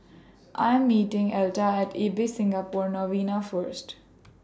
I Am meeting Elta At Ibis Singapore Novena First